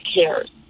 cares